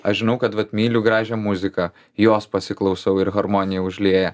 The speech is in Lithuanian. aš žinau kad vat myliu gražią muziką jos pasiklausau ir harmonija užlieja